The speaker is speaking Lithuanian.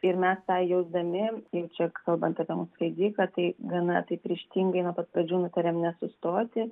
ir mes tą jausdami jau čia kalbant apie mūsų leidyklą tai gana taip ryžtingai nuo pat pradžių nutarėm nesustoti